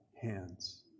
hands